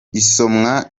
isomwa